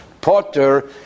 potter